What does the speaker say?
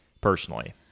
personally